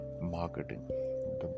Marketing